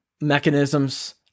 mechanisms